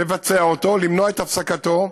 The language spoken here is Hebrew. לבצע אותו, למנוע את הפסקתו.